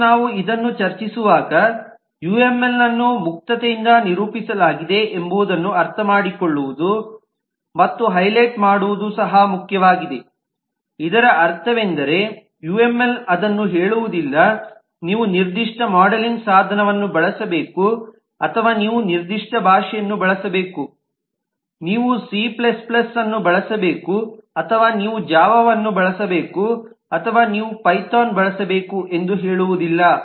ಮತ್ತು ನಾವು ಇದನ್ನು ಚರ್ಚಿಸುವಾಗ ಯುಎಂಎಲ್ ಅನ್ನು ಮುಕ್ತತೆಯಿಂದ ನಿರೂಪಿಸಲಾಗಿದೆ ಎಂಬುದನ್ನು ಅರ್ಥಮಾಡಿಕೊಳ್ಳುವುದು ಮತ್ತು ಹೈಲೈಟ್ ಮಾಡುವುದು ಸಹ ಮುಖ್ಯವಾಗಿದೆ ಇದರ ಅರ್ಥವೇನೆಂದರೆ ಯುಎಂಎಲ್ ಅದನ್ನು ಹೇಳುವುದಿಲ್ಲ ನೀವು ನಿರ್ದಿಷ್ಟ ಮಾಡೆಲಿಂಗ್ ಸಾಧನವನ್ನು ಬಳಸಬೇಕು ಅಥವಾ ನೀವು ನಿರ್ದಿಷ್ಟ ಭಾಷೆಯನ್ನು ಬಳಸಬೇಕು ನೀವು ಸಿ C ಅನ್ನು ಬಳಸಬೇಕು ಅಥವಾ ನೀವು ಜಾವಾವನ್ನು ಬಳಸಬೇಕು ಅಥವಾ ನೀವು ಪೈಥಾನ್ ಬಳಸಬೇಕು ಎಂದು ಹೇಳುವುದಿಲ್ಲ